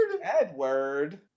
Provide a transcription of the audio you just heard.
Edward